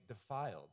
defiled